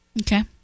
Okay